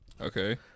Okay